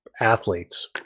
athletes